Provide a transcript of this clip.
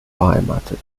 beheimatet